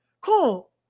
cool